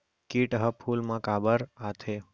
किट ह फूल मा काबर आथे?